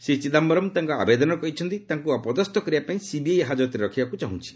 ଶ୍ରୀ ଚିଦାୟରମ୍ ତାଙ୍କ ଆବେଦନରେ କହିଛନ୍ତି ତାଙ୍କୁ ଅପଦସ୍ତ କରିବା ପାଇଁ ସିବିଆଇ ହାଜତରେ ରଖିବାକୁ ଚାହୁଁଛି